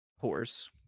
horse